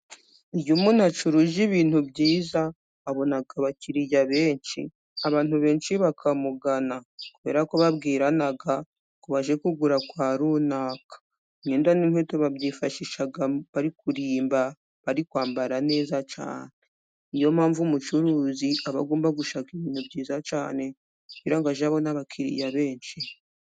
Iyo umuntu acuruje ibintu byiza, abona abakiriya benshi, abantu benshi bakamugana, kubera ko babwirana ngo baje kugura kwa runaka. lmyenda n'inkweto babyifashisha bari kurimba, bari kwambara neza cyane ,ni yo mpamvu umucuruzi aba agomba gushaka ibintu byiza cyane, kugira ngo ajye abona abakiriya benshi.